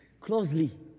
closely